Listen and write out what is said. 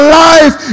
life